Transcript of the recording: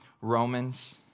Romans